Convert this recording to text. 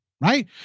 right